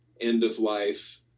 end-of-life